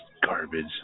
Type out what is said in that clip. garbage